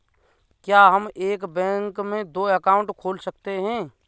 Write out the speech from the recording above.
क्या हम एक बैंक में दो अकाउंट खोल सकते हैं?